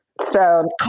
stone